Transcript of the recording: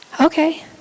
Okay